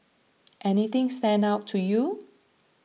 anything stand out to you